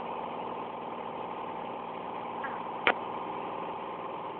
आहो आहो